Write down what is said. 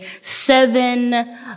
seven